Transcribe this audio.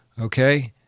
okay